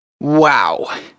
Wow